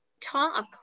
talk